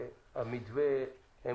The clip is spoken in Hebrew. שהמתווה, הם